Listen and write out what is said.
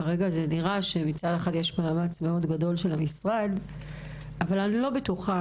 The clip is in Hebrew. כרגע נראה שיש מאמץ גדול של המשרד אבל אני לא בטוחה